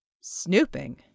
Snooping